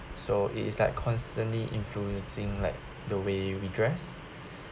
so it is like constantly influencing like the way we dress